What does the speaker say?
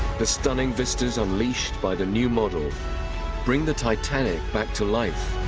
the stunning vistas unleashed by the new model bring the titanic back to life.